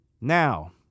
Now